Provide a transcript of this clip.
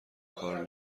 کار